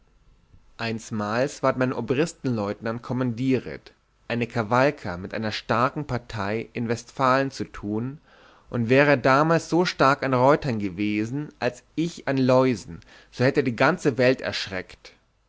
einsmals ward mein obristleutenant kommandieret eine cavalcada mit einer starken partei in westfalen zu tun und wäre er damals so stark an reutern gewesen als ich an läusen so hätte er die ganze welt erschreckt